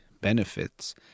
benefits